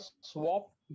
swap